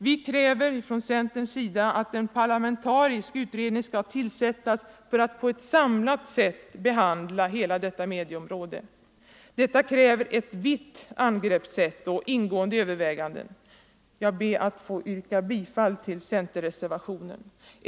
Vi kräver från centerns sida att en parlamentarisk utredning skall tillsättas för att på ett samlat sätt behandla hela detta medieområde. Detta kräver ett brett angrepp och ingående överväganden. Jag ber att få yrka bifall till centerns reservation.